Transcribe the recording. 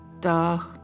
dark